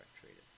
traded